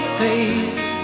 face